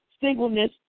singleness